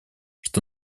что